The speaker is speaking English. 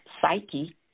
psyche